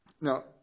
Now